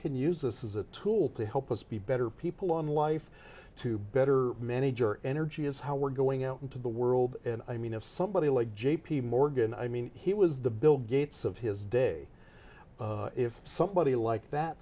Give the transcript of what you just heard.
can use this is a tool to help us be better people on life to better manage our energy is how we're going out into the world and i mean if somebody like j p morgan i mean he was the bill gates of his day if somebody like that